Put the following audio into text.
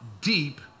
deep